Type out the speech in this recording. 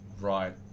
right